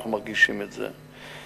אנחנו מרגישים את זה.